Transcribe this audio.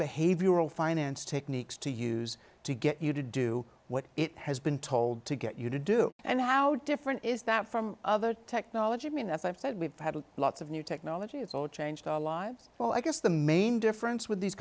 behavioral finance techniques to use to get you to do what it has been told to get you to do and how different is that from other technology i mean as i've said we've had lots of new technology it's all changed our lives well i guess the main difference with these